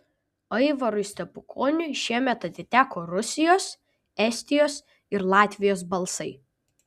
aivarui stepukoniui šiemet atiteko rusijos estijos ir latvijos balsai